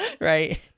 right